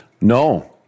no